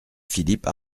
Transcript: philippe